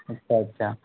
اچھا اچھا